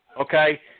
okay